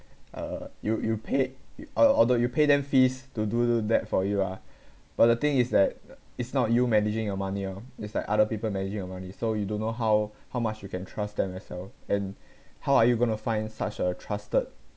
uh you you paid al~ although you pay them fees to do that for you ah but the thing is that it's not you managing your money oh is like other people managing your money so you don't know how how much you can trust them as well and how are you going to find such a trusted